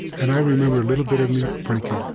and i remember a little bit of me breaking.